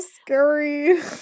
scary